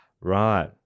Right